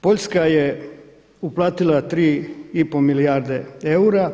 Poljska je uplatila 3,5 milijarde eura,